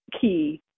key